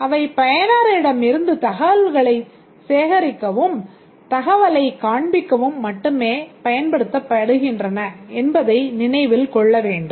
அவை பயனரிடமிருந்து தகவல்களைச் சேகரிக்கவும் தகவலைக் காண்பிக்கவும் மட்டுமே பயன்படுத்தப்படுகின்றன என்பதை நினைவில் கொள்ள வேண்டும்